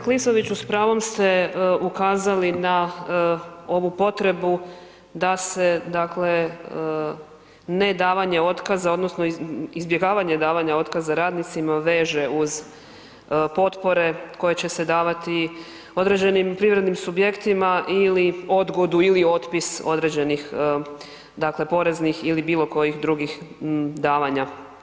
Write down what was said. Kolega Klisović, s pravom ste ukazali na ovu potrebu da se, dakle ne davanje otkaza odnosno izbjegavanje davanja otkaza radnicima veže uz potpore koje će se davati određenim privrednim subjektima ili odgodu ili otpis određenim dakle poreznih ili bilokojih drugih davanja.